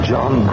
John